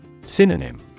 Synonym